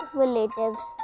relatives